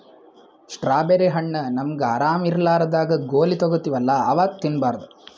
strawberry ಹಣ್ಣ್ ನಮ್ಗ್ ಆರಾಮ್ ಇರ್ಲಾರ್ದಾಗ್ ಗೋಲಿ ತಗೋತಿವಲ್ಲಾ ಅವಾಗ್ ತಿನ್ಬಾರ್ದು